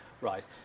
rise